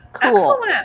Excellent